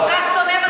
הוא כל כך שונא חרדים,